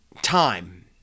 time